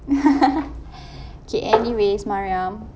okay anyways mariam